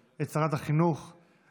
הכלכלה והתעשייה לשרת החינוך נתקבלה.